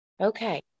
Okay